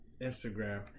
Instagram